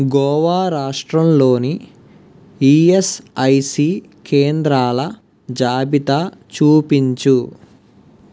గోవా రాష్ట్రంలోని ఈఎస్ఐసి కేంద్రాల జాబితా చూపించు